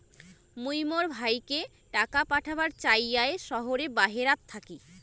মুই মোর ভাইকে টাকা পাঠাবার চাই য়ায় শহরের বাহেরাত থাকি